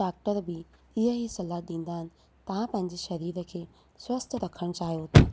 doctor बि इहे ई सलाह ॾींदा आहिनि तव्हां पंहिंजे शरीर खे स्वस्थ रखणु चाहियो था